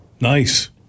Nice